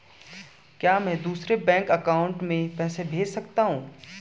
क्या मैं दूसरे बैंक अकाउंट में पैसे भेज सकता हूँ?